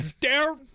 dare